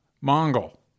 Mongol